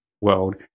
world